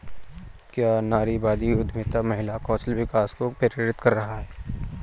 क्या नारीवादी उद्यमिता महिला कौशल विकास को प्रेरित कर रहा है?